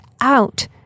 out